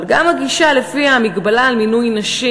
אבל גם הגישה שלפיה המגבלה על מינוי נשים